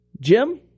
Jim